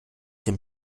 dem